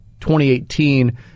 2018